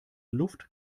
luft